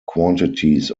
quantities